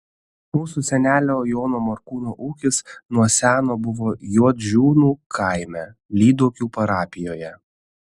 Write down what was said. mūsų senelio jono morkūno ūkis nuo seno buvo juodžiūnų kaime lyduokių parapijoje